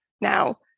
now